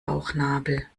bauchnabel